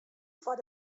foar